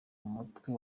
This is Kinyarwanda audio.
mutwe